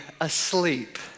asleep